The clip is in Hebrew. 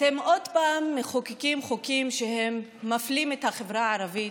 אתם עוד פעם מחוקקים חוקים שמפלים את החברה הערבית,